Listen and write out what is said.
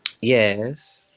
yes